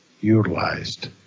utilized